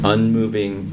Unmoving